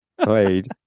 played